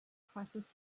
priceless